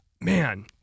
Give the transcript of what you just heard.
Man